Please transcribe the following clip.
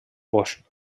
bosch